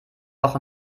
auch